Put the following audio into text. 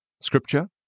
Scripture